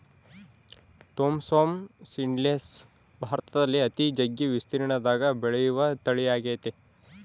Thompson seedless ಭಾರತದಲ್ಲಿ ಅತಿ ಜಗ್ಗಿ ವಿಸ್ತೀರ್ಣದಗ ಬೆಳೆಯುವ ತಳಿಯಾಗೆತೆ